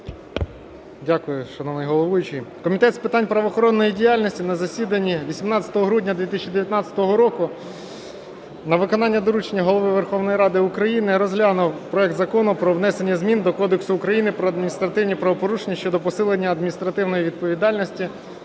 Дякую, шановний головуючий.